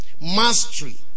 mastery